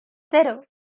cero